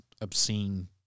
obscene